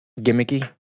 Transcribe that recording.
Gimmicky